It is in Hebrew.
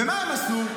ומה הם עשו?